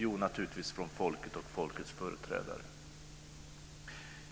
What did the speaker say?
Jo, naturligtvis från folket och folkets företrädare.